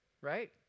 right